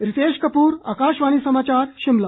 रितेश कूपर आकाशवाणी समाचार शिमला